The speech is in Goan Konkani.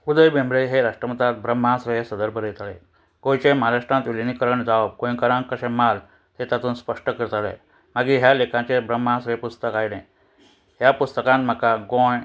उदय भेंब्रे हे राष्ट्रमतांत ब्रह्मास्त्र हे सदर बरयताले गोंयचे महाराष्ट्रांत विलिनीकरण जावप गोंयकारांक कशें माल हें तातूंत स्पश्ट करताले मागीर ह्या लेखांचेर ब्रह्मास पुस्तक आयलें ह्या पुस्तकान म्हाका गोंय